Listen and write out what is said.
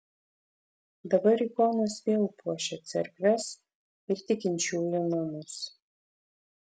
dabar ikonos vėl puošia cerkves ir tikinčiųjų namus